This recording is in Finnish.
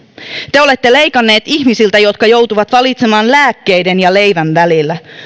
te olette leikanneet ihmisiltä jotka joutuvat valitsemaan lääkkeiden ja leivän välillä